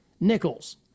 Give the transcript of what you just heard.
Nichols